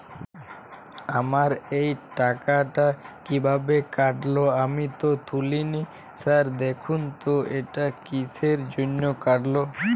আমার এই টাকাটা কীভাবে কাটল আমি তো তুলিনি স্যার দেখুন তো এটা কিসের জন্য কাটল?